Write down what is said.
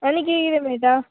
आनी किते किदें मेळटा